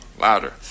louder